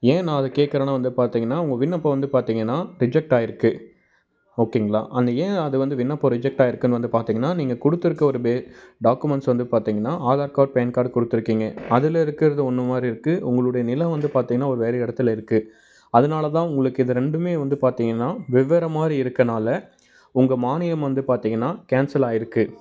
ஏன் நான் அதை கேட்குறன்னா வந்து பார்த்தீங்கன்னா உங்கள் விண்ணப்பம் வந்து பார்த்தீங்கன்னா ரிஜெக்ட் ஆயிருக்குது ஓகேங்களா அந்த ஏன் அது வந்து விண்ணப்பம் ரிஜெக்ட் ஆயிருக்குதுன்னு வந்து பார்த்தீங்கன்னா நீங்கள் கொடுத்துருக்க ஒரு பே டாக்குமெண்ட்ஸ் வந்து பார்த்தீங்கன்னா ஆதார் கார்ட் பேன் கார்டு கொடுத்துருக்கீங்க அதில் இருக்கிறது ஒன்று மாதிரி இருக்குது உங்களுடைய நிலம் வந்து பார்த்தீங்கன்னா ஒரு வேறு இடத்துல இருக்குது அதனால தான் உங்களுக்கு இந்த ரெண்டுமே வந்து பார்த்தீங்கன்னா வெவ்வேறு மாதிரி இருக்கறனால உங்கள் மானியம் வந்து பார்த்தீங்கன்னா கேன்சல் ஆயிருக்குது